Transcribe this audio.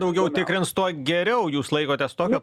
daugiau tikrins tuo geriau jūs laikotės tokio